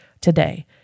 today